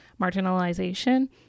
marginalization